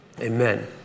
Amen